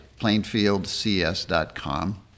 plainfieldcs.com